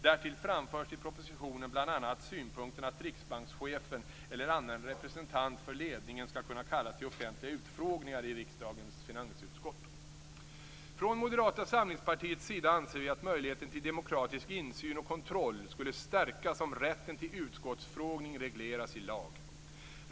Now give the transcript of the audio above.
Därtill framförs i propositionen bl.a. synpunkten att riksbankschefen eller annan representant för ledningen skall kunna kallas till offentliga utfrågningar i riksdagens finansutskott. Från Moderata samlingspartiets sida anser vi att möjligheten till demokratisk insyn och kontroll skulle stärkas om rätten till utskottsutfrågning regleras i lag.